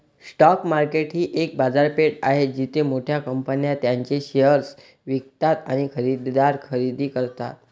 stock market ही एक बाजारपेठ आहे जिथे मोठ्या कंपन्या त्यांचे शेअर्स विकतात आणि खरेदीदार खरेदी करतात